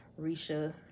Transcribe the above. risha